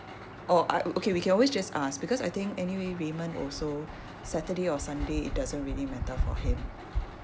oh okay we can always just ask because I think anyway raymond also saturday or sunday it doesn't really matter for him